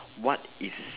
what is